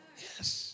Yes